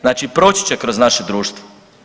Znači proći će kroz naše društvo.